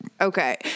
Okay